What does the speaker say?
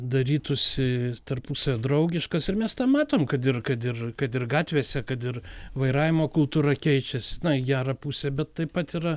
darytųsi tarpusavy draugiškas ir mes tą matom kad ir kad ir kad ir gatvėse kad ir vairavimo kultūra keičiasi na į gerą pusę bet taip pat yra